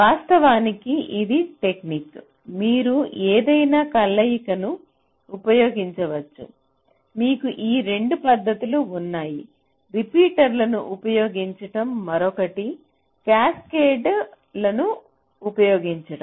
వాస్తవానికి ఇది టెక్నిక్ మీరు ఏదైనా కలయికను ఉపయోగించవచ్చు మీకు ఈ 2 పద్ధతులు ఉన్నాయి రిపీటర్లను ఉపయోగించడం మరొకటి క్యాస్కేడ్ బఫర్లను ఉపయోగించడం